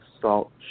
salt